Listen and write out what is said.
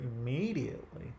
immediately